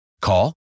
Call